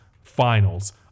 Finals